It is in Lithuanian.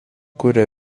kuria